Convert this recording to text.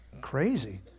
Crazy